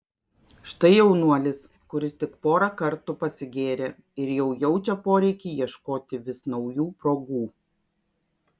štai jaunuolis kuris tik porą kartų pasigėrė ir jau jaučia poreikį ieškoti vis naujų progų